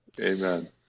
Amen